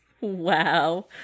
Wow